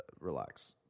Relax